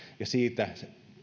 ja siitä